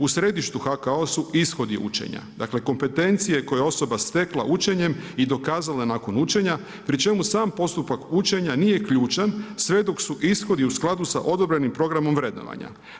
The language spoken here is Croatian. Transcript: U središtu HKO su ishodi učenja, dakle kompetencije koje je osoba stekla učenjem i dokazala je nakon učenja pri čemu sam postupak učenja nije ključan sve dok su ishodi u skladu sa odobrenim programom vrednovanja.